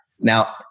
Now